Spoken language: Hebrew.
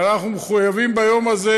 ואנחנו מחויבים ביום הזה,